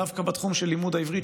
דווקא בתחום של לימוד העברית,